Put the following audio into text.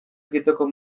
egiteko